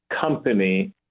Company